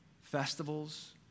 festivals